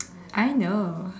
I know